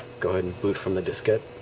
go ahead and boot from the diskette.